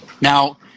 Now